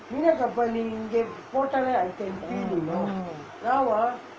mm